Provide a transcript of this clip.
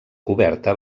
coberta